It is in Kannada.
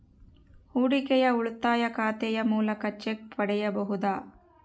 ಹೂಡಿಕೆಯ ಉಳಿತಾಯ ಖಾತೆಯ ಮೂಲಕ ಚೆಕ್ ಪಡೆಯಬಹುದಾ?